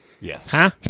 Yes